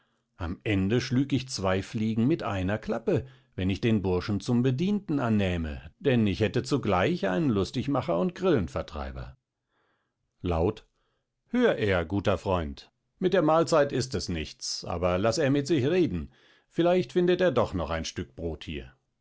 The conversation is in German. am ende schlüg ich zwei fliegen mit einer klappe wenn ich den burschen zum bedienten annähme denn ich hätte zugleich einen lustigmacher und grillenvertreiber laut hör er guter freund mit der malzeit ist es nichts aber laß er mit sich reden vielleicht findet er doch noch ein stück brot hier